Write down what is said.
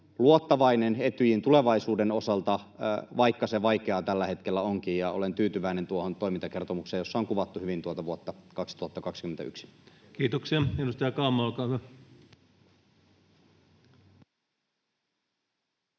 luottavainen Etyjin tulevaisuuden osalta, vaikka se vaikeaa tällä hetkellä onkin, ja olen tyytyväinen tuohon toimintakertomukseen, jossa on kuvattu hyvin vuotta 2021. [Speech 15] Speaker: